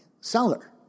seller